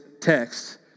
text